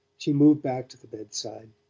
she moved back to the bedside.